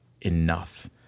enough